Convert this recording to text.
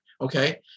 okay